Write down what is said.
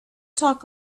talk